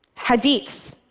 hadiths,